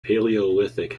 paleolithic